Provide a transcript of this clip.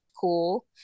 cool